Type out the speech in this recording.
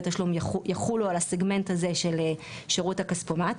תשלום יחולו על הסגמנט הזה של שירות הכספומט?